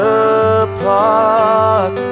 apart